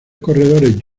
corredores